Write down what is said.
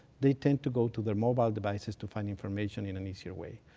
they tend to go to their mobile devices to find information in an easier way.